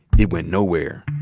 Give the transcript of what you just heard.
it went nowhere,